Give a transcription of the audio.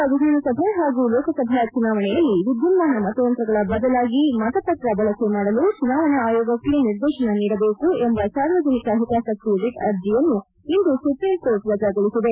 ಮುಂಬರುವ ವಿಧಾನಸಭೆ ಹಾಗೂ ಲೋಕಸಭಾ ಚುನಾವಣೆಯಲ್ಲಿ ವಿದ್ಯುನ್ಮಾನ ಮತಯಂತ್ರಗಳ ಬದಲಾಗಿ ಮತಪತ್ರ ಬಳಕೆ ಮಾಡಲು ಚುನಾವಣಾ ಆಯೋಗಕ್ಕೆ ನಿರ್ದೇಶನ ನೀಡಬೇಕು ಎಂಬ ಸಾರ್ವಜನಿಕ ಹಿತಾಸಕ್ತಿ ರಿಟ್ ಅರ್ಜಿಯನ್ನು ಇಂದು ಸುಪ್ರೀಂಕೋರ್ಟ್ ವಜಾಗೊಳಿಸಿದೆ